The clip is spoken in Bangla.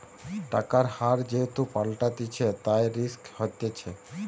টাকার হার যেহেতু পাল্টাতিছে, তাই রিস্ক হতিছে